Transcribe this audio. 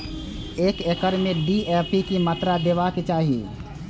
एक एकड़ में डी.ए.पी के मात्रा देबाक चाही?